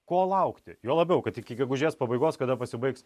ko laukti juo labiau kad iki gegužės pabaigos kada pasibaigs